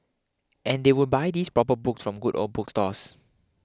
and they would buy these proper books from good old bookstores